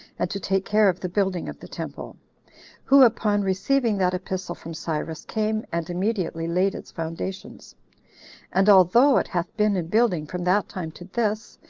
and to take care of the building of the temple who, upon receiving that epistle from cyrus, came, and immediately laid its foundations and although it hath been in building from that time to this,